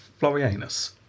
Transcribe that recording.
Florianus